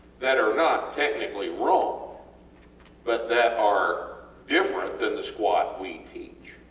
that are not technically wrong but that are different than the squat we teach,